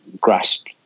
grasp